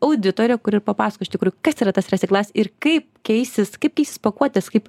auditorė kuri ir papasako iš tikrų kas yra tas resiklas ir kaip keisis kaip keisis pakuotės kaip